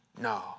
No